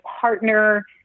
partner